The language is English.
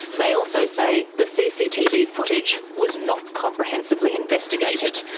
they also say the cctv footage was not comprehensively investigated,